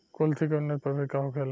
कुलथी के उन्नत प्रभेद का होखेला?